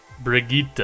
Brigitte